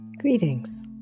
Greetings